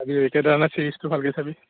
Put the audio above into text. চাবি চিৰিচটো ভালকৈ চাবি